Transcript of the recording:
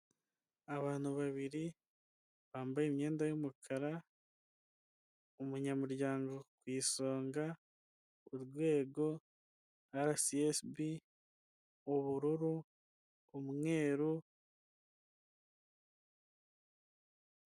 Abantu babiri bambaye imyenda y'umukara, umunyamuryango ku isonga urwego rssb ubururu, umweru.